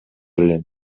элем